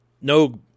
No –